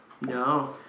No